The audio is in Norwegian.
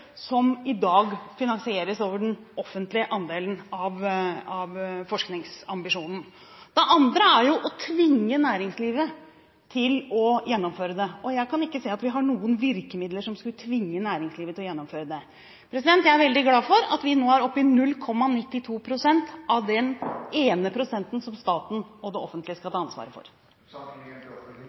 som i dag finansieres over den offentlige andelen av forskningsambisjonen. Det andre er å tvinge næringslivet til å gjennomføre det. Jeg kan ikke se at vi har noen virkemidler som skulle tvinge næringslivet til å gjennomføre det. Jeg er veldig glad for at vi nå er oppe i 0,92 pst. av den ene prosenten som staten og det offentlige skal ta ansvaret for. Å ha et mål uten å tidfeste det er